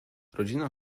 rodzina